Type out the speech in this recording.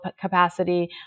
capacity